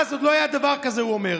אז עוד לא היה דבר כזה, הוא אומר.